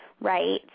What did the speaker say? right